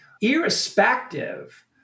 irrespective